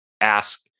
ask